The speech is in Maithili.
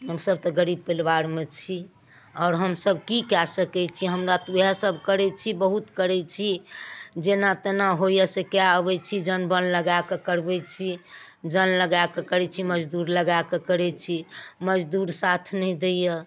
हमसभ तऽ गरीब परिवारमे छी आओर हमसभ की कए सकै छी हमरा तऽ वएह सभ करै छी बहुत करै छी जेना तेना होइ यऽ से कऽ अबै छी जोन बोन लगाकऽ करबै छी जऽन लगाकऽ करै छी मजदूर लगाकऽ करै छी मजदूर साथ नहि दै यऽ